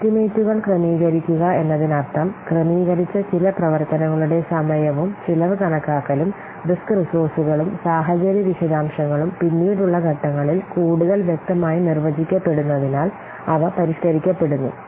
എസ്റ്റിമേറ്റുകൾ ക്രമീകരിക്കുക എന്നതിനർത്ഥം ക്രമീകരിച്ച ചില പ്രവർത്തനങ്ങളുടെ സമയവും ചെലവ് കണക്കാക്കലും റിസ്ക് റിസോഴ്സുകളും സാഹചര്യ വിശദാംശങ്ങളും പിന്നീടുള്ള ഘട്ടങ്ങളിൽ കൂടുതൽ വ്യക്തമായി നിർവചിക്കപ്പെടുന്നതിനാൽ അവ പരിഷ്കരിക്കപ്പെടുന്നു